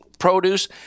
produce